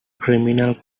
criminal